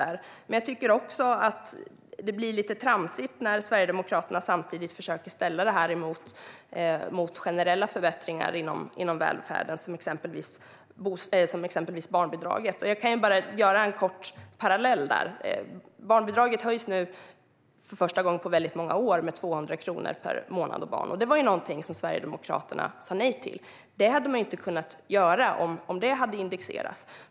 Det blir också lite tramsigt när Sverigedemokraterna samtidigt försöker ställa det här mot generella förbättringar inom välfärden, exempelvis barnbidraget. Jag kan dra en kort parallell där. Barnbidraget höjs nu, för första gången på många år, med 200 kronor per månad och barn. Det sa Sverigedemokraterna nej till. Det hade man inte kunnat göra om det hade indexerats.